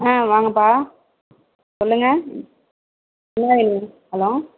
ஆ வாங்கப்பா சொல்லுங்கள் என்ன வேணும் ஹலோ